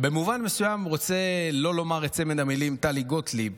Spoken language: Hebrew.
במובן מסוים אני רוצה לא לומר את צמד המילים "טלי גוטליב",